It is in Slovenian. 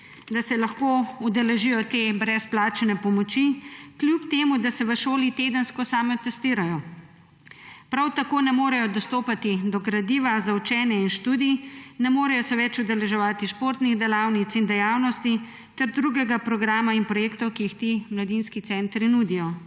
da se lahko udeležijo te brezplačne pomoči, kljub temu, da se v šoli tedensko samotestirajo. Prav tako ne morejo dostopati do gradiva za učenje in študij, ne morejo se več udeleževati športnih delavnic in dejavnosti ter drugega programa in projektov, ki jih ti mladinski centri nudijo.